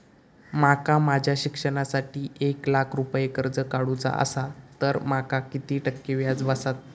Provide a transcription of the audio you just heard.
माका माझ्या शिक्षणासाठी एक लाख रुपये कर्ज काढू चा असा तर माका किती टक्के व्याज बसात?